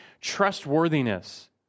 trustworthiness